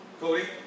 Cody